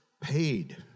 paid